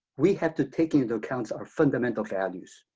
we have to take into account our fundamental values.